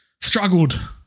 struggled